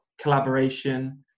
Collaboration